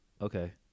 Okay